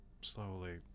slowly